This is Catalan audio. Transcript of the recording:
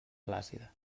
plàcida